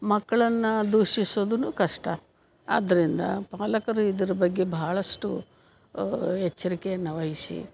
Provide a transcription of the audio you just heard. ಮಕ್ಕಳನ್ನ ದೂಷಿಸೋದೂ ಕಷ್ಟ ಆದ್ದರಿಂದ ಪಾಲಕರು ಇದ್ರ ಬಗ್ಗೆ ಬಹಳಷ್ಟು ಎಚ್ಚರಿಕೆಯನ್ನು ವಹಿಸಿ